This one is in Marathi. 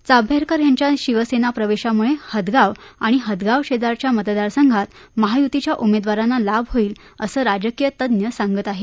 चाभरेकर यांच्या शिवसेना प्रवेशामुळे हदगाव आणि हदगाव शेजारच्या मतदार संघात महायुतीच्या उमेदवारांना लाभ होईल अस राजकीय तत्ज्ञ सांगत आहेत